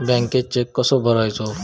बँकेत चेक कसो भरायचो?